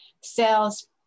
sales